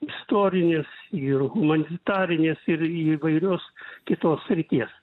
istorinės ir humanitarinės ir įvairios kitos srities